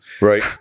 Right